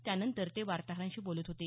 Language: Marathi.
त्यांनतर ते वार्ताहरांशी बोलत होते